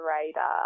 radar